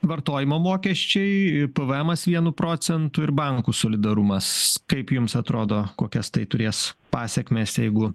vartojimo mokesčiai pvemas vienu procentu ir bankų solidarumas kaip jums atrodo kokias tai turės pasekmes jeigu